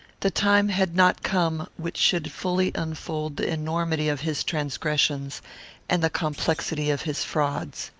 the time had not come which should fully unfold the enormity of his transgressions and the complexity of his frauds.